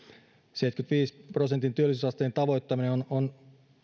seitsemänkymmenenviiden prosentin työllisyysasteen tavoittaminen on on